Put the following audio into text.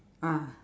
ah